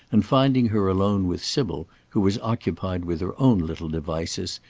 and finding her alone with sybil, who was occupied with her own little devices,